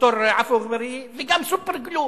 ד"ר עפו אגבאריה, וגם "סופר גלו"